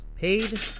Paid